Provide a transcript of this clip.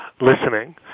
listening